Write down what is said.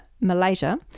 Malaysia